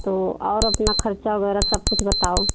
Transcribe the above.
तो और अपना ख़र्चा वग़ैरह सब कुछ बताओ